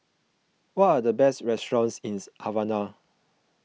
what are the best restaurants in Havana